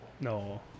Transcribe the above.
No